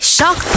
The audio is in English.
Shock